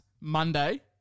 Monday